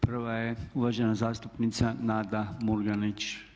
Prva je uvažena zastupnica Nada Murganić.